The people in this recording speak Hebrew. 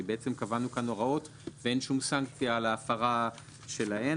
כי קבענו כאן הוראות ואין שום סנקציה על ההפרה שלהן.